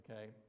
Okay